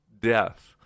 death